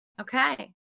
Okay